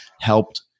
helped